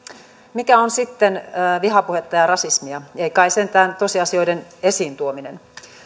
mikä on sitten vihapuhetta ja rasismia ei kai sentään tosiasioiden esiintuominen